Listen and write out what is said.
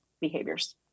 behaviors